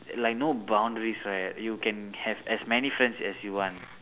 like no boundaries right you can have as many friends as you want